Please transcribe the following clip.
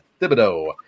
Thibodeau